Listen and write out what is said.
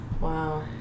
wow